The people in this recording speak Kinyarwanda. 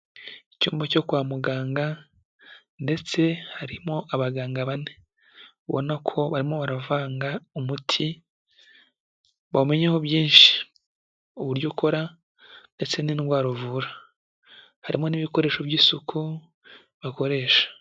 Icyumba cyo kwa muganga ndetse harimo abaganga bane, ubona ko barimo baravanga umuti, bawumenyeho byinshi, uburyo ukora ndetse n'indwara uvura, harimo n'ibikoresho by'isuku bakoresha.